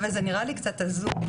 אבל זה נראה לי קצת הזוי.